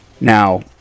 now